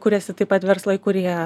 kuriasi taip pat verslai kurie